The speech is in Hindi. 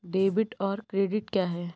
डेबिट और क्रेडिट क्या है?